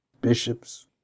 bishops